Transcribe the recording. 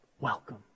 Welcome